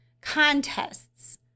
contests